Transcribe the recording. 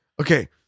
okay